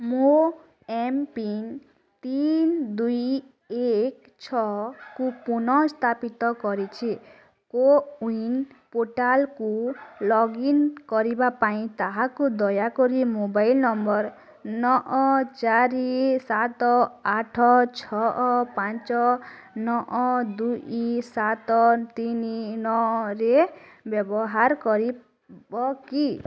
ମୋ ଏମ୍ପିନ୍ ତିନି ଦୁଇ ଏକ ଛଅକୁ ପୁନଃସ୍ଥାପିତ କରିଛି କୋୱିନ୍ ପୋର୍ଟାଲକୁ ଲଗ୍ଇନ୍ କରିବା ପାଇଁ ତାହାକୁ ଦୟାକରି ମୋବାଇଲ୍ ନମ୍ବର୍ ନଅ ଚାରି ସାତ ଆଠ ଛଅ ପାଞ୍ଚ ନଅ ଦୁଇ ସାତ ତିନି ନଅରେ ବ୍ୟବହାର କରିବ କି